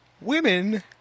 Women